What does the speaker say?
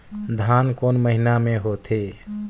धान कोन महीना मे होथे?